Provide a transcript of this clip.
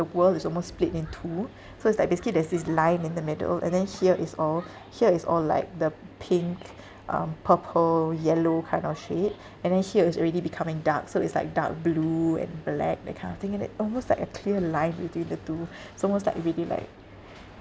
world is almost split in two so is like basically there's this line in the middle and then here is all here is all like the pink um purple yellow kind of shade and then here is already becoming dark so it's like dark blue and black that kind of thing and it almost like a clear line between the two so almost like really like